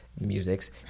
Musics